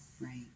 Right